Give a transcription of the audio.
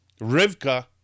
Rivka